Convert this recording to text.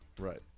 Right